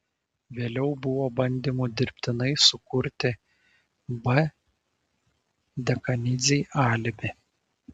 vėliau buvo bandymų dirbtinai sukurti b dekanidzei alibi